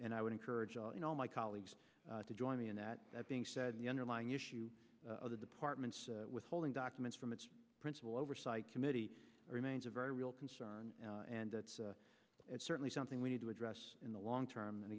and i would encourage all in all my colleagues to join me in that that being said the underlying issue of the department's withholding documents from its principal oversight committee remains a very real concern and it's certainly something we need to address in the long term and